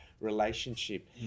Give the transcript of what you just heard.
relationship